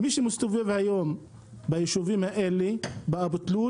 מי שמסתובב היום ביישובים האלה, באבו-תלול